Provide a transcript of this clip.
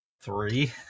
Three